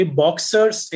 boxers